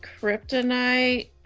kryptonite